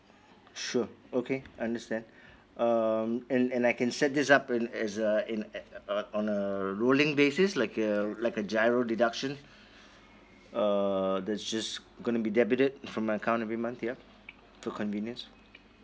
sure okay I understand um and and I can set this up as as a in a on a a rolling basis like a like a GIRO deduction uh that's just gonna be debited from my account every month ya for convenience